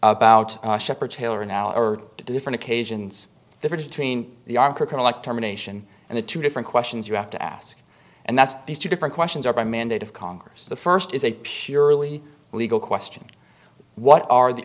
about shepherd taylor in our different occasions difference between the armco collect emanation and the two different questions you have to ask and that's these two different questions or by mandate of congress the first is a purely legal question what are the